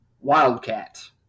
Wildcat